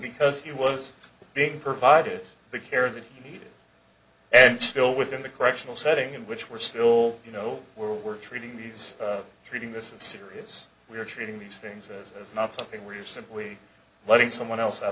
because he was being provided the care they needed and still within the correctional setting in which we're still you know we're treating these treating this as serious we're treating these things this is not something where you're simply letting someone else out